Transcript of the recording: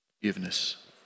forgiveness